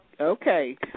Okay